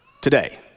today